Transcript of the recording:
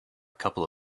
couple